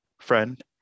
friend